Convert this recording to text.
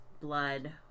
blood